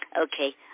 Okay